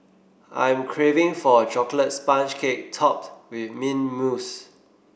I am craving for a chocolate sponge cake topped with mint mousse